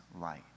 light